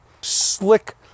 slick